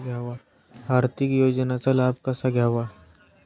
आर्थिक योजनांचा लाभ कसा घ्यावा?